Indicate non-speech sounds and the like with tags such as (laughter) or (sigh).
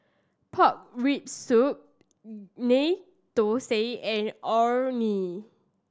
pork rib soup (unintelligible) Ghee Thosai and Orh Nee